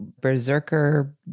berserker